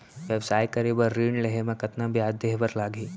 व्यवसाय करे बर ऋण लेहे म कतना ब्याज देहे बर लागही?